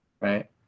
right